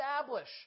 establish